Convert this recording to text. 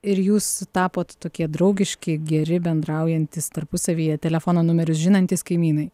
ir jūs tapot tokie draugiški geri bendraujantys tarpusavyje telefono numerius žinantys kaimynai